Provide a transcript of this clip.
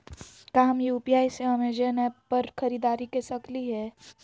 का हम यू.पी.आई से अमेजन ऐप पर खरीदारी के सकली हई?